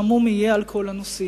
שהמשא-ומתן יהיה על כל הנושאים,